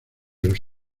los